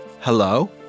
hello